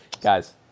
Guys